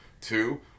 Two